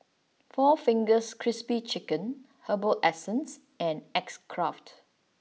four Fingers Crispy Chicken Herbal Essences and X Craft